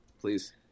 please